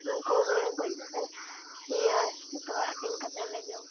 ᱩᱱᱠᱩᱜᱮ ᱜᱚᱡ ᱟᱹᱜᱩ ᱤᱭᱟᱹ ᱡᱚᱛᱚ ᱦᱟᱴᱤᱝ ᱠᱟᱛᱮᱫ ᱞᱮ ᱡᱚᱢ ᱠᱚᱣᱟ